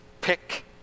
pick